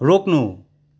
रोक्नु